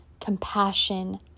compassion